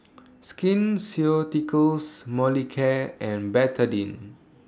Skin Ceuticals Molicare and Betadine